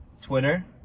twitter